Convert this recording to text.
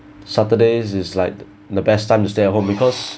saturday's is like the best time to stay at home because